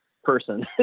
person